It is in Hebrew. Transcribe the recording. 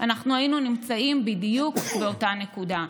אנחנו היינו נמצאים בדיוק באותה הנקודה.